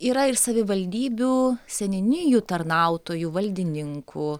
yra ir savivaldybių seniūnijų tarnautojų valdininkų